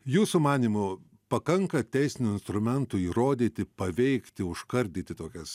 jūsų manymu pakanka teisinių instrumentų įrodyti paveikti užkardyti tokias